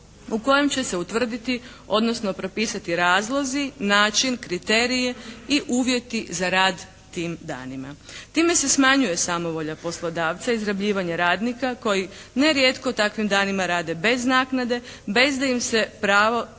u kojom će se utvrditi odnosno propisati razlozi, način, kriteriji i uvjeti za rad tim danima. Time se smanjuje samovolja poslodavca, izrabljivanje radnika koji ne rijetko u takvim danima rade bez naknade, bez da im se pravo,